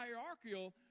hierarchical